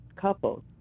couples